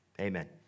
Amen